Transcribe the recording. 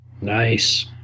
Nice